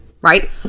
right